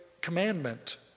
Commandment